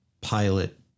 pilot